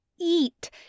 Eat